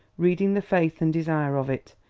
reading the faith and desire of it,